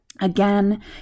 Again